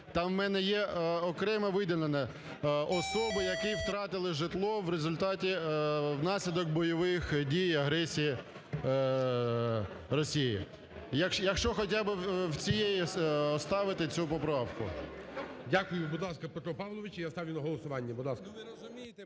Там в мене є окремо виділені особи, які втратили житло в результаті… внаслідок бойових дій, агресії Росії. Якщо хоча би в цій… оставити цю поправку. ГОЛОВУЮЧИЙ. Дякую. Будь ласка, Петро Павлович, і я ставлю на голосування.